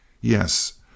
Yes